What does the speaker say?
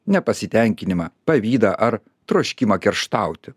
nepasitenkinimą pavydą ar troškimą kerštauti